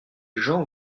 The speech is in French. jean